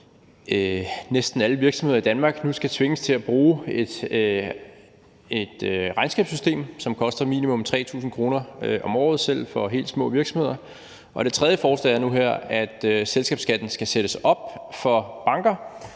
næsten alle virksomheder i Danmark nu skal tvinges til at bruge et regnskabssystem, som koster minimum 3.000 kr. om året for selv helt små virksomheder. Og det tredje forslag nu her er, at selskabsskatten skal sættes op for banker,